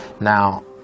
Now